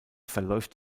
verläuft